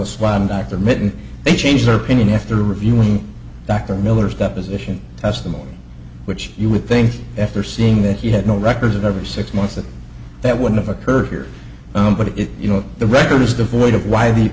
one doctor mitten they changed their opinion after reviewing dr miller's that position testimony which you would think after seeing that he had no record of ever six months that that would have occurred here but if you know the record is devoid of why the